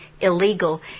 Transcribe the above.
illegal